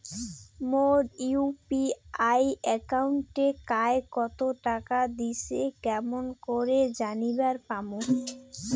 মোর UPI একাউন্টে কায় কতো টাকা দিসে কেমন করে জানিবার পামু?